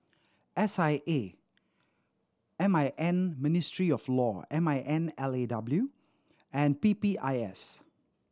S I A M I N Ministry of Law M I N L A W and P P I S